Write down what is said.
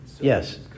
Yes